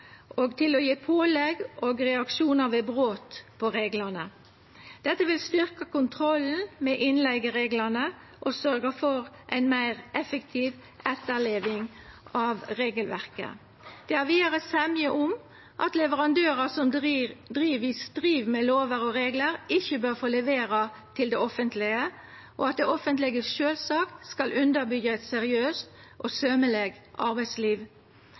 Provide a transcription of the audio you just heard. og til å gje pålegg og reaksjonar ved brot på reglane. Dette vil styrkja kontrollen med innleigereglane og sørgja for meir effektiv etterleving av regelverket. Det er vidare semje om at leverandørar som driv i strid med lover og reglar, ikkje bør få levera til det offentlege, og at det offentlege sjølvsagt skal underbyggja eit seriøst og sømeleg arbeidsliv.